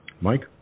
Mike